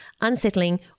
unsettling